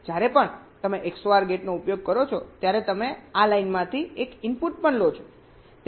જ્યારે પણ તમે XOR ગેટનો ઉપયોગ કરો છો ત્યારે તમે આ લાઇનમાંથી એક ઇનપુટ પણ લો છો